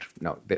No